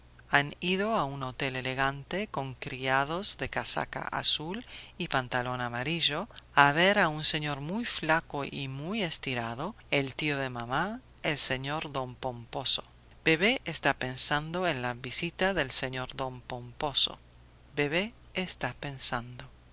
han ido a un hotel elegante con criados de casaca azul y pantalón amarillo a ver a un señor muy flaco y muy estirado el tío de mamá el señor don pomposo bebé está pensando en la visita del señor don pomposo bebé está pensando con